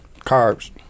carbs